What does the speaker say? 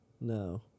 No